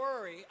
worry